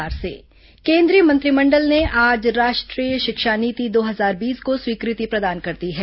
cabinet शिक्षा नीति केंद्रीय मंत्रिमंडल ने आज राष्ट्रीय शिक्षा नीति दो हजार बीस को स्वीकृति प्रदान कर दी है